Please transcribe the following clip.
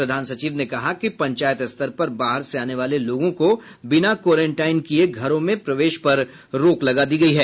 प्रधान सचिव ने कहा कि पंचायत स्तर पर बाहर से आने वाले लोगों को बिना क्वारेंटाइन किये घरों में प्रवेश पर रोक लगा दी गयी है